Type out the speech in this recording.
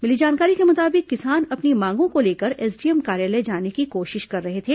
मिली जानकारी के मुताबिक किसान अपनी मांगों को लेकर एसडीएम कार्यालय जाने की कोशिश कर रहे थे